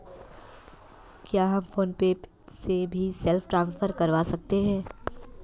क्या हम PhonePe से भी सेल्फ ट्रांसफर करवा सकते हैं?